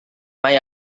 mai